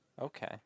Okay